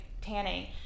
tanning –